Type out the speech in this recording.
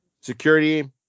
security